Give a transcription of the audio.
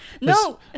No